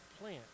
plant